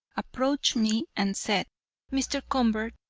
approached me and said mr. convert,